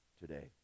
today